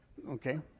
Okay